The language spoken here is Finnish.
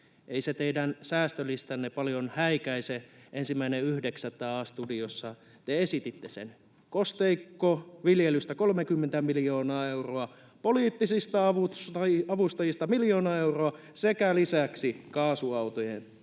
Ei se teidän säästölistanne paljon häikäise. 1.9. A-studiossa te esititte sen: kosteikkoviljelystä 30 miljoonaa euroa, poliittisista avustajista miljoona euroa, sekä lisäksi kaasuautojen tuki